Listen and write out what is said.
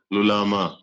Lulama